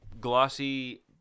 glossy